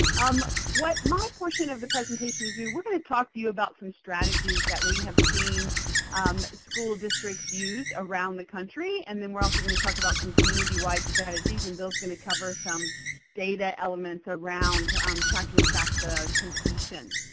um what my portion of the presentation is we're going to talk to you about some strategies that we have seen school districts use around the country, and then we're also going to talk about some community-wide strategies. and bill's going to cover some data elements around um tracking fafsa completion.